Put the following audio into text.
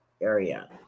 area